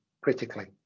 critically